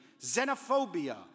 xenophobia